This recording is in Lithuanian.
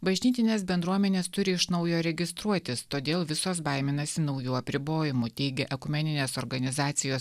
bažnytinės bendruomenės turi iš naujo registruotis todėl visos baiminasi naujų apribojimų teigia ekumeninės organizacijos